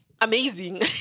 amazing